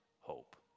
hope